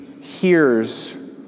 hears